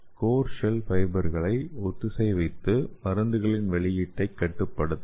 core shell ஃபைபர்களை ஒத்திசைவித்து மருந்துகளின் வெளியீட்டைக் கட்டுப்படுத்தலாம்